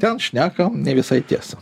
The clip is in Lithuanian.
ten šneka ne visai tiesą